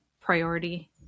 priority